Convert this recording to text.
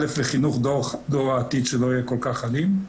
א', לחינוך דור העתיד שלא יהיה כל כך אלים,